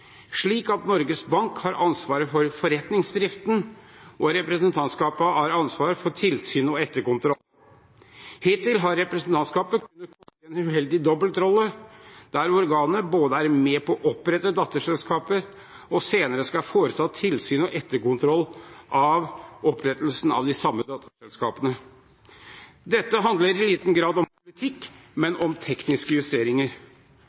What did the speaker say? slik at Norges Bank har ansvaret for forretningsdriften og representantskapet har ansvaret for tilsyn og etterkontroll. Hittil har representantskapet hatt en uheldig dobbeltrolle der organet både er med på å opprette datterselskap og senere skal foreta tilsyn og etterkontroll av opprettelsen av de samme datterselskapene. Dette handler i liten grad om politikk, det handler om tekniske justeringer.